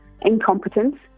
incompetence